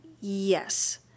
Yes